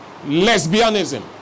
lesbianism